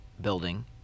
building